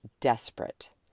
desperate